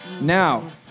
Now